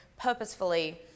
purposefully